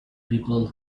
people